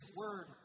word